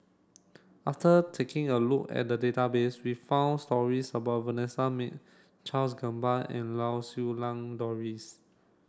after taking a look at the database we found stories about Vanessa Mae Charles Gamba and Lau Siew Lang Doris